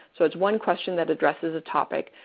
so, it's one question that addresses a topic,